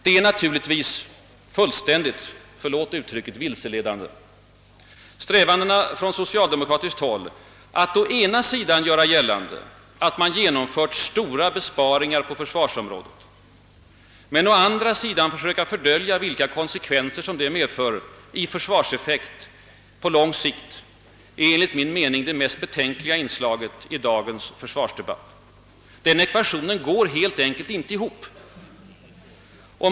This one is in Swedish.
Det är naturligtvis fullständigt — förlåt uttrycket — vilseledande. Strävandena från socialdemokratiskt håll att å ena sidan göra gällande att man genomfört stora besparingar på försvarsområdet men att å andra sidan försöka fördölja vilka konsekvenser detta medför i försvarseffekt på lång sikt är enligt min mening det mest betänkliga inslaget i dagens försvarsdebatt. Den ekvationen går helt enkelt inte ihop.